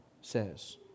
says